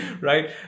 right